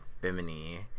Bimini